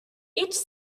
each